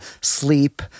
sleep